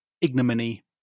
ignominy